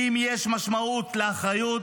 אם יש משמעות --- אחריות,